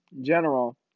general